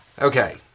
okay